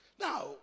now